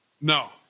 No